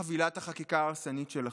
על חבילת החקיקה ההרסנית שלכם,